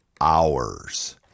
hours